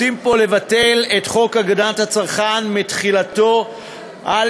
רוצים פה לבטל את חוק הגנת הצרכן מתחילתו על